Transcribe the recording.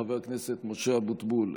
חבר הכנסת משה אבוטבול,